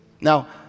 Now